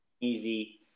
easy